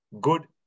good